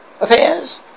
affairs